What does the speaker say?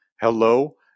Hello